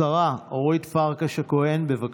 השרה אורית פרקש הכהן, בבקשה.